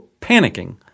panicking